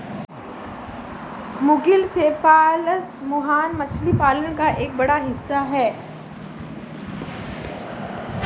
मुगिल cephalus मुहाना मछली पालन का एक बड़ा हिस्सा है